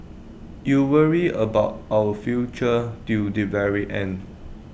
you worry about our future till the very end